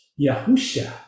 Yahusha